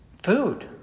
food